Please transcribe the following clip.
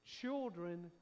children